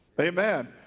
Amen